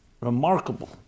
remarkable